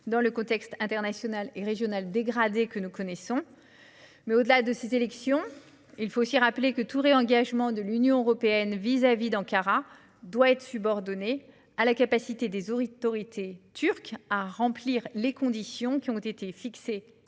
dans le contexte international et régional dégradé que nous connaissons. Au-delà de ces élections, il faut aussi rappeler que tout réengagement de l'Union européenne à l'égard d'Ankara doit être subordonné à la capacité des autorités turques à remplir les conditions fixées